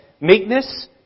meekness